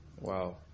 Wow